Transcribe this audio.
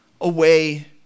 away